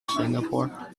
singapore